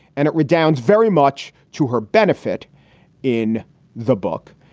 and it redounds very much to her benefit in the book.